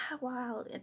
wow